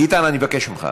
ביטן, אני מבקש ממך.